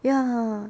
ya